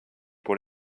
pour